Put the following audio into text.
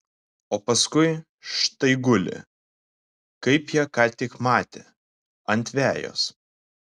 o paskui štai guli kaip jie ką tik matė ant vejos